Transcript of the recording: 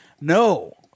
No